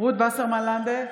רות וסרמן לנדה,